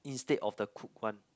instead of the cook one